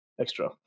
extra